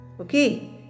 okay